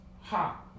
ha